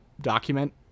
document